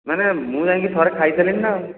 ମାନେ ମୁଁ ଯାଇକି ଥରେ ଖାଇ ସାରିଲିଣି ନା ଆଉ